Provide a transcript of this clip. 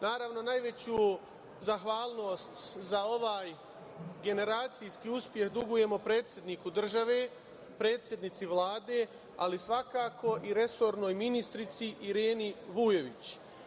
Naravno, najveću zahvalnost za ovaj generacijski uspeh dugujemo predsedniku države, predsednici Vlade, ali svakako i resornoj ministrici Ireni Vujović.